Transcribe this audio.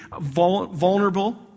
vulnerable